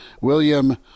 William